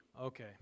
Okay